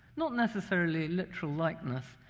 not necessarily a literal likeness,